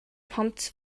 pumped